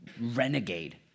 renegade